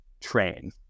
train